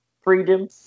freedom